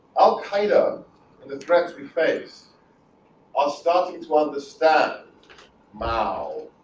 al qaeda and the threats we face on starting to understand now